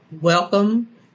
welcome